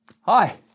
Hi